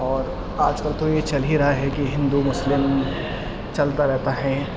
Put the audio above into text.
اور آج کل تو یہ چل ہی رہا ہے کہ ہندو مسلم چلتا رہتا ہے